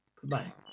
Goodbye